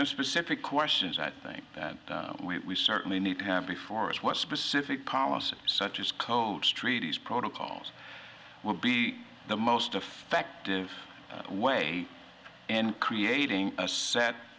no specific questions i think that we certainly need to have before us what specific policies such as codes treaties protocols will be the most affective way and creating a set